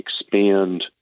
expand